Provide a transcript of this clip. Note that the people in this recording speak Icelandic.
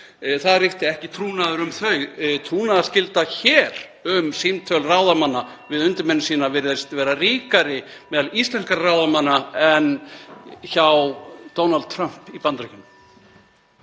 Það ríkti ekki trúnaður um þau. Trúnaðarskylda hér um (Forseti hringir.) símtöl ráðamanna við undirmenn sína virðist vera ríkari meðal íslenskra ráðamanna en hjá Donald Trump í Bandaríkjunum.